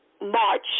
march